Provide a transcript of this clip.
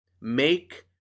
Make